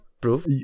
proof